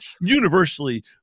universally